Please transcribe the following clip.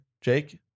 Jake